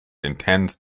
intends